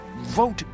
vote